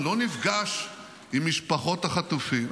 אני לא נפגש עם משפחות החטופים,